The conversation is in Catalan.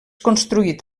construït